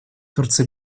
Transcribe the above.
турция